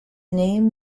name